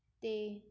'ਤੇ